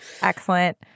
Excellent